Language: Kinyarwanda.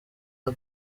nka